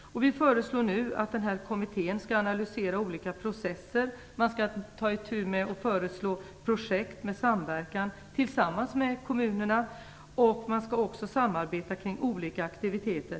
Vi föreslår nu att kommittén skall analysera olika processer. Man skall föreslå projekt med samverkan tillsammans med kommunerna. Man skall också samarbeta kring olika aktiviteter.